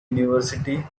university